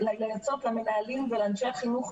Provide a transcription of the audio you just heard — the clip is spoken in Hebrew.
למנהלים ולאנשי החינוך,